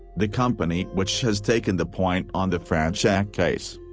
the company which has taken the point on the fronczak case.